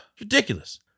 Ridiculous